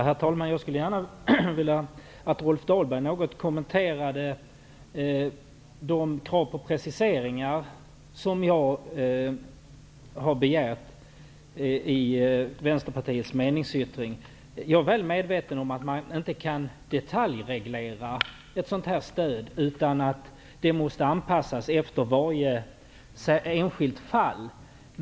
Herr talman! Jag skulle gärna vilja att Rolf Dahlberg något kommenterade de krav på preciseringar som jag har begärt i Vänsterpartiets meningsyttring. Jag är väl medveten om att man inte kan detaljreglera ett sådant här stöd och att det måste anpassas efter varje enskilt fall.